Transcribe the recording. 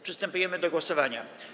Przystępujemy do głosowania.